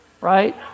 Right